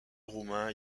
roumain